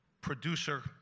producer